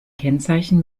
kennzeichen